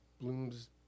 Blooms